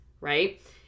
right